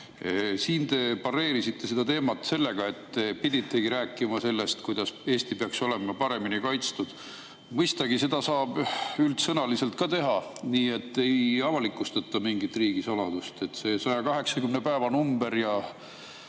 Siin te pareerisite teemat sellega, et te piditegi rääkima sellest, kuidas Eesti peaks olema paremini kaitstud. Mõistagi, seda saab üldsõnaliselt ka teha, nii et ei avalikustata mingit riigisaladust. See 180 päeva number ja